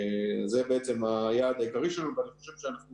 זה בעצם היעד העיקרי שלנו ואני חושב שאנחנו